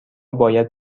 باید